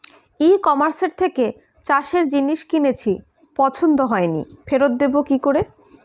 ই কমার্সের থেকে চাষের জিনিস কিনেছি পছন্দ হয়নি ফেরত দেব কী করে?